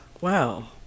wow